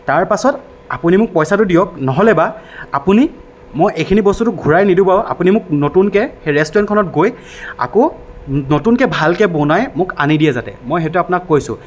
তাৰ পাছত আপুনি মোক পইচাটো দিয়ক নহ'লেবা আপুনি মই এইখিনি বস্তুতো ঘূৰাই নিদোঁ বাৰু আপুনি মোক নতুনকৈ ৰেষ্টুৰেণ্টখনত গৈ আকৌ নতুনকৈ ভালকৈ বনাই মোক আনি দিয়ে যাতে মই সেইটোৱে আপোনাক কৈছোঁ